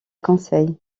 conseil